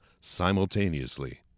simultaneously